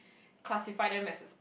classify them as a